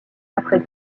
après